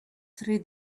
three